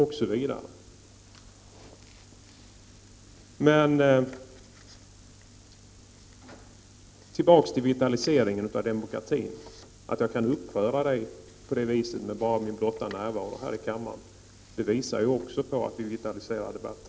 Men låt mig återkomma till frågan om en vitalisering av demokratin. Bl.a. det förhållandet att jag med min blotta närvaro här i kammaren kan uppröra på det vis som skedde visar att vi vitaliserar debatten.